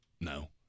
no